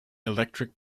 electric